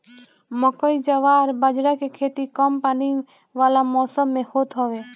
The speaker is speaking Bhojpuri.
मकई, जवार बजारा के खेती कम पानी वाला मौसम में होत हवे